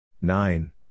nine